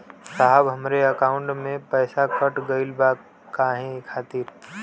साहब हमरे एकाउंट से पैसाकट गईल बा काहे खातिर?